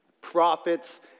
Prophets